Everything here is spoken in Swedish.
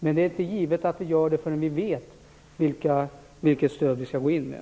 Men det är inte givet att man gör det förrän man vet vilket stöd man skall gå in med.